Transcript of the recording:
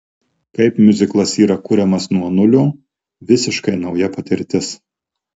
kaip miuziklas yra kuriamas nuo nulio visiškai nauja patirtis